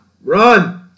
Run